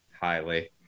highly